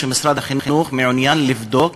שמשרד החינוך מעוניין לבדוק